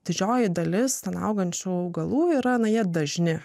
didžioji dalis ten augančių augalų yra nauja dažni